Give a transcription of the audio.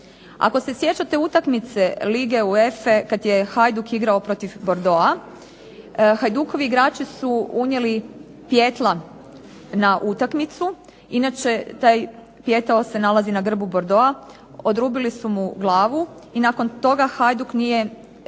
Ako se sjećate utakmice lige UEFA-e kad je Hajduk igrao protiv Bordeausa, hajdukovi igrači su unijeli pijetla na utakmicu. Inače, taj pijetao se nalazi na grbu Bordeausa odrubili su mu glavu i nakon toga Hajduk nije